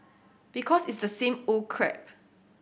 because it's the same old crap